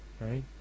right